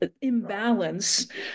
imbalance